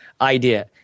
idea